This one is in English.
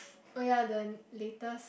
oh ya the later